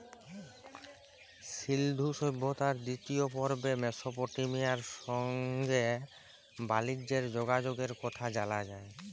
সিল্ধু সভ্যতার দিতিয় পর্বে মেসপটেমিয়ার সংগে বালিজ্যের যগাযগের কথা জালা যায়